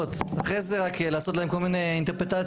אחרי זה רק לעשות להן כל מיני אינטרפרטציות.